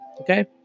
okay